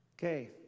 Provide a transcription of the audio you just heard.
Okay